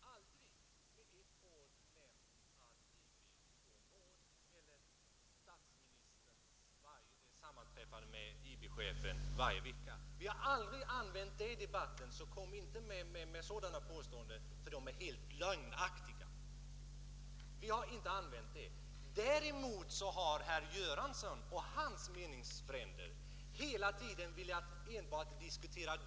Herr talman! Jag måste säga till herr Göransson att vpk under hela den här debatten, som har förts sedan maj månad förra året, aldrig med ett ord har påstått att IB begått mord eller att statsministern sammanträffat med IB-chefen varje vecka. Kom inte med sådana beskyllningar, för de är helt lögnaktiga!